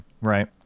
right